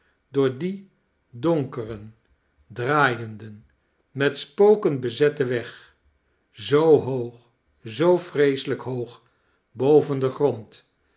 door dien donkeren draaienden met spoken bezetten weg zoo hoog zoo vreeselijk hoog boven den grond